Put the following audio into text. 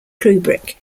kubrick